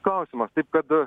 klausimas taip kad